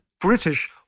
British